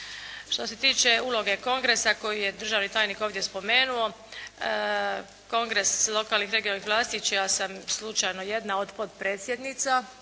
Što se tiče uloge kongresa koju je državni tajnik ovdje spomenuo kongres lokalnih i regionalnih vlasti čija sam slučajno jedna od potpredsjednica